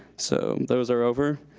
so those are over.